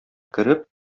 кереп